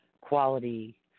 quality